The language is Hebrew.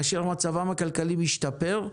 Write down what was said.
כאשר מצבם הכלכלי משתפר,